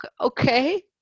okay